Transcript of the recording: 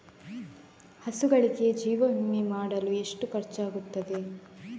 ಹಸುಗಳಿಗೆ ಜೀವ ವಿಮೆ ಮಾಡಲು ಎಷ್ಟು ಖರ್ಚಾಗುತ್ತದೆ?